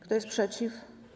Kto jest przeciw?